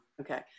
Okay